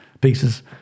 pieces